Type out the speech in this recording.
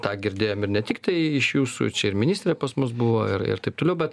tą girdėjom ir ne tiktai iš jūsų čia ir ministrė pas mus buvo ir ir taip toliau bet